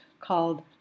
called